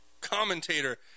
commentator